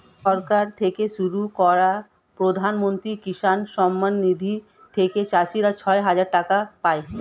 সরকার থেকে শুরু করা প্রধানমন্ত্রী কিষান সম্মান নিধি থেকে চাষীরা ছয় হাজার টাকা পায়